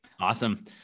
Awesome